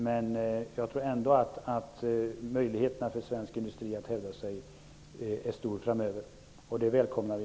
Men jag tror ändå att möjligheterna för svensk industri att hävda sig är stora framöver. Det välkomnar vi.